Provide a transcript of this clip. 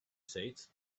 said